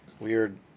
weird